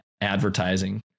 advertising